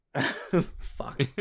fuck